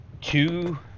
two